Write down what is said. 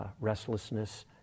restlessness